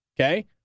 okay